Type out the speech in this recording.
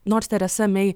nors teresa mei